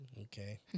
Okay